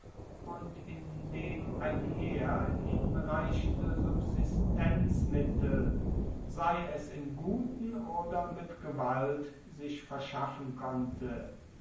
und in dem ein heer hinreichende subsistenzmittel sei es im guten oder mit gewalt sich verschaffen konnte